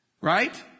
Right